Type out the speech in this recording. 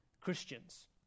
Christians